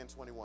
21